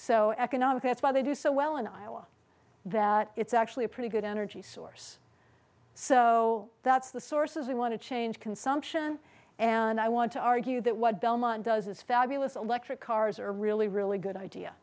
so economic that's why they do so well in iowa that it's actually a pretty good energy source so that's the sources we want to change consumption and i want to argue that what belmont does is fabulous electric cars are really really good idea